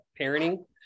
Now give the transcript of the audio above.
parenting